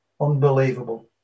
unbelievable